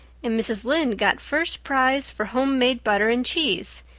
and mrs. lynde got first prize for homemade butter and cheese.